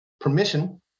permission